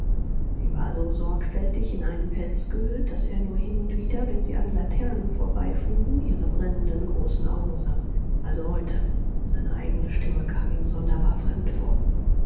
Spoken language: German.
sie war so sorgfältig in einen pelz gehüllt daß er nur hin und wieder wenn sie an laternen vorbeifuhren ihre brennenden großen augen sah also heute seine eigene stimme kam ihm sonderbar fremd vor